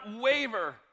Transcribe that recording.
waver